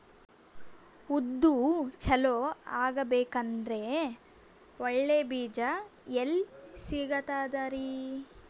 ಉದ್ದು ಚಲೋ ಆಗಬೇಕಂದ್ರೆ ಒಳ್ಳೆ ಬೀಜ ಎಲ್ ಸಿಗತದರೀ?